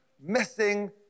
missing